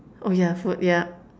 oh yeah food yup